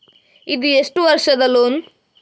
ಇದು ಎಷ್ಟು ವರ್ಷದ ಲೋನ್?